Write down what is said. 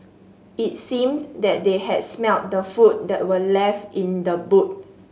it seemed that they had smelt the food that were left in the boot